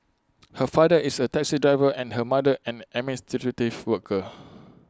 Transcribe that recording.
her father is A taxi driver and her mother an administrative worker